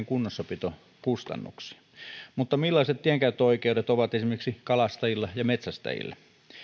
kunnossapitokustannuksia mutta millaiset tienkäyttöoikeudet ovat esimerkiksi kalastajilla ja metsästäjillä